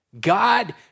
God